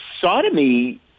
sodomy